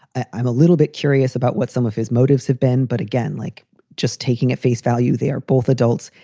i'm a little bit curious about what some of his motives have been. but again, like just taking at face value, they are both adults.